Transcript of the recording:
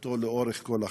אותו לאורך כל החיים.